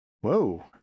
Whoa